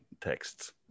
texts